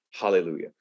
Hallelujah